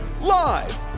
Live